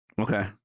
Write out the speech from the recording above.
Okay